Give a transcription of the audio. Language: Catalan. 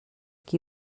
qui